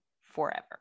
forever